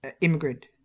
immigrant